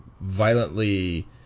violently